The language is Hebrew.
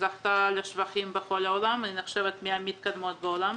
שזכתה לשבחים בכל העולם ונחשבת מן המתקדמות בעולם.